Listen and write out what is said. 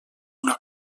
una